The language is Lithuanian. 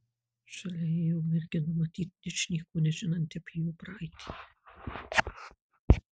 šalia ėjo mergina matyt ničnieko nežinanti apie jo praeitį